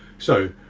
so